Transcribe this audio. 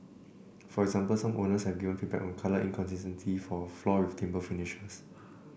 for example some owners have given feedback on colour inconsistencies for floors with timber finishes